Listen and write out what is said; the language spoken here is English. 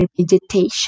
vegetation